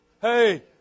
Hey